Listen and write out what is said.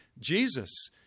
Jesus